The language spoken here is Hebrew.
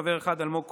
חבר אחד: אלמוג כהן,